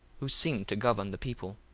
who seemed to govern the people.